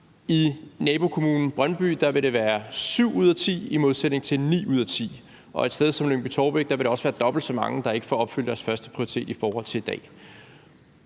I nabokommunen Brøndby vil det være 7 ud af 10 i modsætning til 9 ud af 10 i dag, og et sted som Lyngby-Taarbæk Kommune vil det også være dobbelt så mange, der ikke får opfyldt deres førsteprioritet, i forhold til i dag.